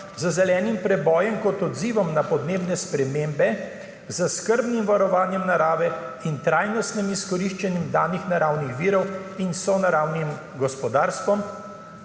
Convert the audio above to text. z zelenim prebojem kot odzivom na podnebne spremembe, s skrbnim varovanjem narave in trajnostnim izkoriščenjem danih naravnih virov in sonaravnim gospodarstvom,